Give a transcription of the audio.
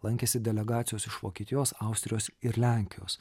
lankėsi delegacijos iš vokietijos austrijos ir lenkijos